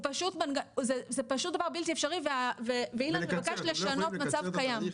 זה פשוט דבר בלתי אפשרי ואילן מבקש לשנות מצב קיים.